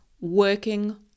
working